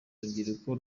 urubyiruko